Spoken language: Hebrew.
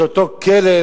את אותו כלב,